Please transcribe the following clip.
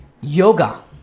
yoga